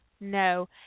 No